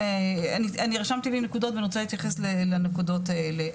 אני רשמתי לי נקודות ואני רוצה להתייחס לנקודות האלה.